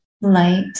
light